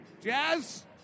Jazz